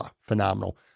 phenomenal